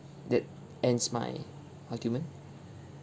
that ends my argument